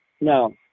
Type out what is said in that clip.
No